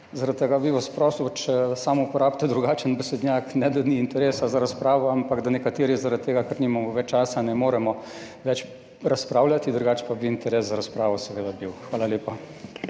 zaradi tega bi vas prosil, če samo uporabite drugačen besednjak. Ne da ni interesa za razpravo, ampak da nekateri zaradi tega, ker nimamo več časa, ne moremo več razpravljati. Drugače pa bi interes za razpravo seveda bil. Hvala lepa.